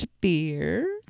beer